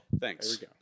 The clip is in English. Thanks